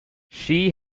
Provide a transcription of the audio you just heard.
she